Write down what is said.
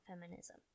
feminism